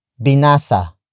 Binasa